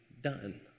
done